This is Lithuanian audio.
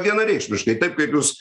vienareikšmiškai taip kaip jūs